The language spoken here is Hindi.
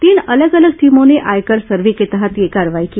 तीन अलग अलग टीमों ने आयकर सर्वे के तहत यह कार्रवाई की